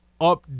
up